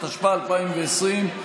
התשפ"א 2020,